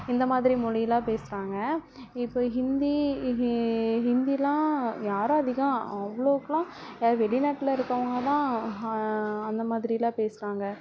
இந்தமாதிரி மொழியெலாம் பேசுகிறாங்க இப்போ ஹிந்தி ஹிந்திலாம் யாரும் அதிகம் அவ்வளோக்குலாம் அதாவது வெளிநாட்ல இருக்கிறவங்கதான் அந்தமாதிரிலாம் பேசுகிறாங்க